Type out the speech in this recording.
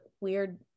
weird